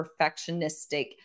perfectionistic